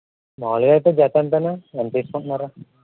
మామూలుగా అయితే జత ఎంతన్న ఎంత తీసుకుంటున్నారు